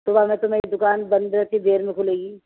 صبح میں تو میری دکان بند رہتی ہے دیر میں کھلے گی